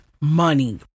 money